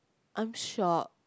I'm shocked